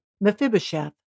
Mephibosheth